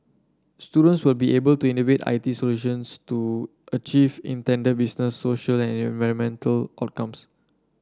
students will be able to innovate I T solutions to achieve intended business social and environmental outcomes